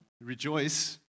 rejoice